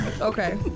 Okay